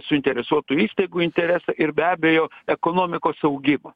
suinteresuotų įstaigų interesą ir be abejo ekonomikos augimą